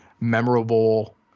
memorable